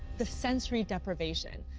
the sensory deprivation.